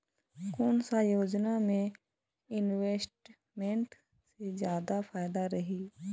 कोन सा योजना मे इन्वेस्टमेंट से जादा फायदा रही?